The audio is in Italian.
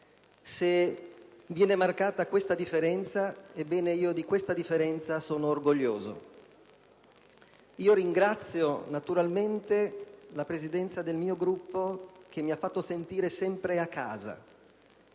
Se viene marcata tale differenza, ebbene io di questa differenza sono orgoglioso. Ringrazio, naturalmente, la Presidenza del mio Gruppo, che mi ha fatto sentire sempre a casa,